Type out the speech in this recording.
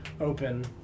open